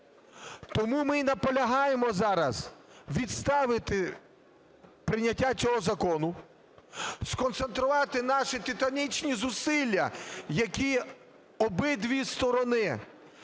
Тому ми і наполягаємо зараз відставити прийняття цього закону. Сконцентрувати наші титанічні зусилля, які обидві сторони